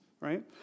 right